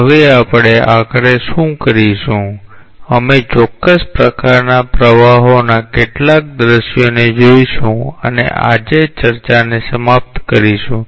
હવે આપણે આખરે શું કરીશું અમે ચોક્કસ પ્રકારના પ્રવાહોના કેટલાક દ્રશ્ય ને જોઈશું અને આજે ચર્ચાને સમાપ્ત કરીશું